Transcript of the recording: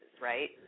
right